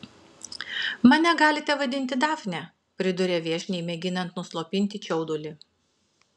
mane galite vadinti dafne priduria viešniai mėginant nuslopinti čiaudulį